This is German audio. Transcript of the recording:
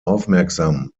aufmerksam